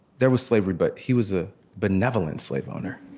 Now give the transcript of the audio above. there was slavery, but he was a benevolent slave owner.